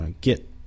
get